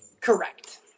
Correct